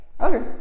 okay